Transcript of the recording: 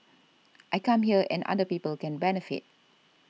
I come here and other people can benefit